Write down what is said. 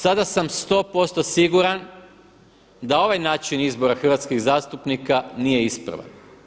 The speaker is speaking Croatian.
Sada sam 100% siguran da ovaj način izbora hrvatskih zastupnika nije ispravan.